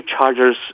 chargers